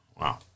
wow